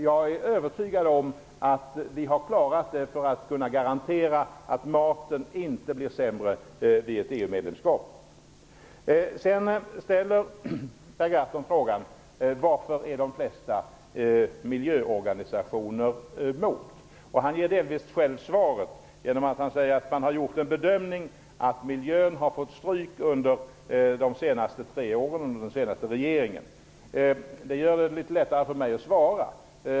Jag är övertygad om att vi klarar att garantera att maten inte kommer att bli sämre vid ett EU Per Gahrton frågar varför de flesta miljöorganisationer är emot ett EU-medlemskap. Han besvarar frågan delvis själv genom att säga att man har gjort bedömningen att miljön har fått stryk under de senaste tre åren, under den senaste regeringen. Detta gör det litet lättare för mig att svara.